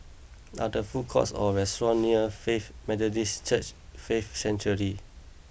are there food courts or restaurants near Faith Methodist Church Faith Sanctuary